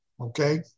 okay